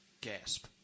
gasp